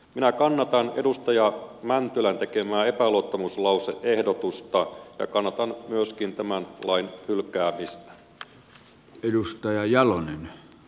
minä kannatan edustaja mäntylän tekemää epäluottamuslause ehdotusta ja kannatan myöskin tämän lain hylkäämistä